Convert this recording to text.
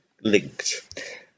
linked